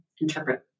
interpret